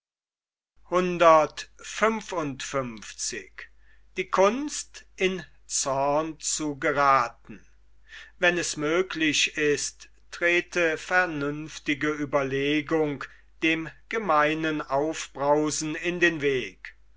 wenn es möglich ist trete vernünftige ueberlegung dem gemeinen aufbrausen in den weg